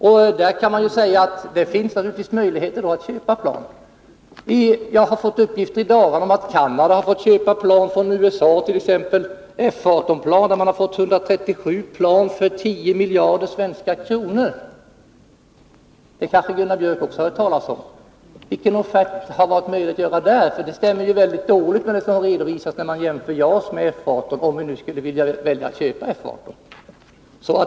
Och det finns naturligtvis möjligheter att köpa plan. Jag har i dagarna fått uppgifter om att Canada fått köpa flygplan från USA, F 18-plan. Man har fått köpa 137 flygplan för 10 miljarder svenska kronor. Det kanske också Gunnar Björk har hört talas om. Vilken offert skulle det ha varit möjligt att få på sådana plan? Redovisningarna stämmer ju dåligt vid en jämförelse mellan JAS och F 18, om vi skulle ha velat köpa F 18.